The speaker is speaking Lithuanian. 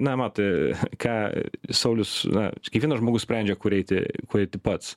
na matai ką saulius na kiekvienas žmogus sprendžia kur eiti kur eiti pats